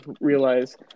realize